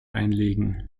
einlegen